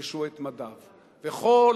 בעד תודה, גברתי.